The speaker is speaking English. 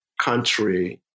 country